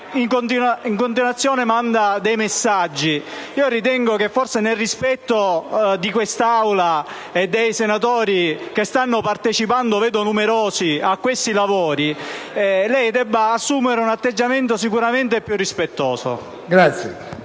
continuamente dei messaggi. Ritengo che, forse, nel rispetto di quest'Aula e dei senatori che stanno partecipando numerosi a questi lavori, lei debba assumere un atteggiamento sicuramente più rispettoso.